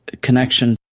connection